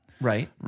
Right